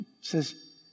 says